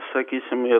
sakysim ir